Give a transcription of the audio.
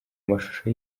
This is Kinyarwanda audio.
mashusho